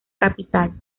capital